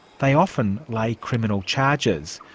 they often lay criminal charges,